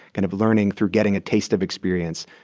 kind of learning through getting a taste of experience,